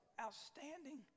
outstanding